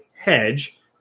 hedge